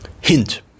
hint